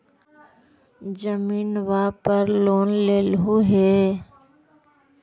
जमीनवा पर लोन लेलहु हे?